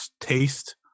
taste